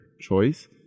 choice